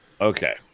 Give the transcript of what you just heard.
okay